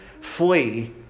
flee